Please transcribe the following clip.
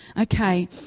Okay